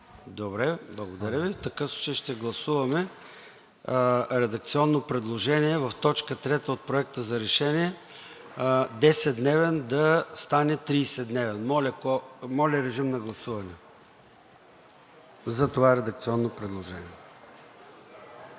Добре. Благодаря Ви. В такъв случай ще гласуваме редакционно предложение в т. 3 от Проекта за решение „10-дневен“ да стане „30-дневен“. Моля, режим на гласуване за това редакционно предложение.